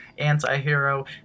Antihero